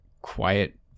quiet